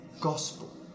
gospel